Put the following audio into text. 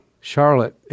Charlotte